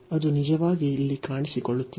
ಅದು ನಿಜವಾಗಿ ಇಲ್ಲಿ ಕಾಣಿಸಿಕೊಳ್ಳುತ್ತಿದೆ